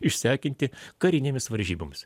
išsekinti karinėmis varžybomis